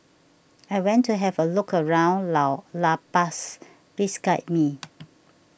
I went to have a look around Lao La Paz please guide me